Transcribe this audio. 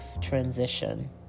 transition